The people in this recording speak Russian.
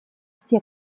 все